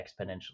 exponentially